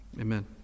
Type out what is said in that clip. Amen